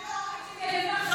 תלכי לבני גנץ,